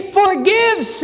forgives